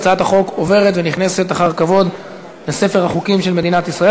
הצעת החוק עוברת ונכנסת אחר כבוד לספר החוקים של מדינת ישראל.